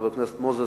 חבר הכנסת מוזס,